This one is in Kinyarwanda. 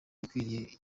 ikwiriye